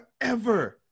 Forever